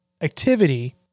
activity—